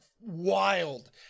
wild